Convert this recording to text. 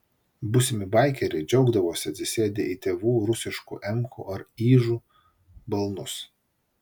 būsimi baikeriai džiaugdavosi atsisėdę į tėvų rusiškų emkų ar ižų balnus